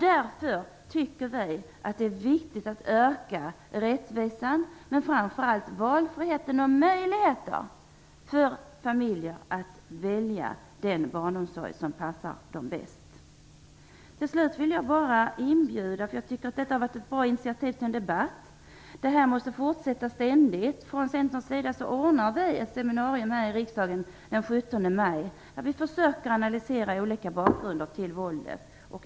Därför tycker vi att det är viktigt att öka rättvisan och framför allt valfriheten och möjligheten för familjer att välja den barnomsorg som passar dem bäst. Jag tycker att detta var ett bra initiativ till en debatt. Detta måste ständigt fortsätta. Vi i Centern ordnar ett seminarium här i riksdagen den 17 maj där vi skall försöka analysera olika bakgrunder till våldet.